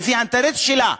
לפי האינטרס שלה.